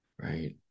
right